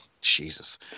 Jesus